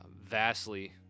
vastly